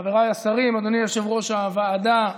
חבריי השרים, אדוני יושב-ראש הוועדה,